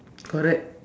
correct